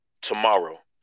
tomorrow